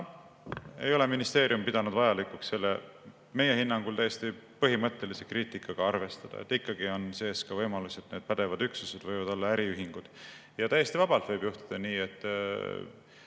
ei ole pidanud vajalikuks selle meie hinnangul täiesti põhimõttelise kriitikaga arvestada. Ikkagi on [eelnõus] sees võimalus, et pädevad üksused võivad olla äriühingud. Täiesti vabalt võib juhtuda nii, et